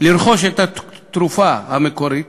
לרכוש את התרופה המקורית